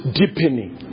deepening